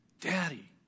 Daddy